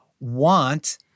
want